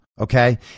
okay